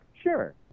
sure